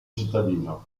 cittadino